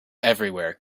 everywhere